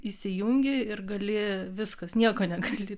įsijungi ir gali viskas nieko negali